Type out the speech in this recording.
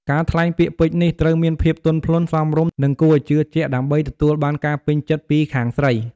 ការថ្លែងពាក្យពេចន៍នេះត្រូវមានភាពទន់ភ្លន់ សមរម្យ និងគួរឲ្យជឿជាក់ ដើម្បីទទួលបានការពេញចិត្តពីខាងស្រី។